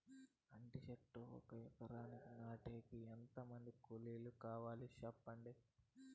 అంటి చెట్లు ఒక ఎకరా నాటేకి ఎంత మంది కూలీలు కావాలి? సెప్పండి?